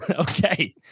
Okay